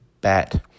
bat